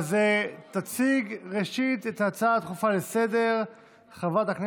תציג ראשית את ההצעה הדחופה לסדר-היום